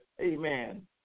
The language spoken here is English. Amen